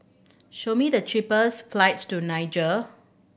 show me the cheapest flights to Niger